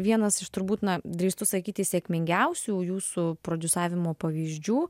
vienas iš turbūt na drįstu sakyti sėkmingiausių jūsų prodiusavimo pavyzdžių